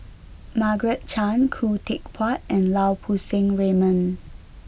Margaret Chan Khoo Teck Puat and Lau Poo Seng Raymond